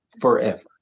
forever